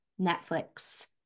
Netflix